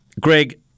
Greg